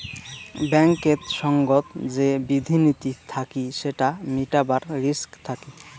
ব্যাঙ্কেত সঙ্গত যে বিধি নীতি থাকি সেটা মিটাবার রিস্ক থাকি